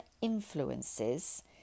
influences